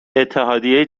اتحادیه